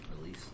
Release